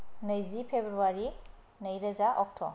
नैजि फेब्रुवारी नैरोजा अक्ट'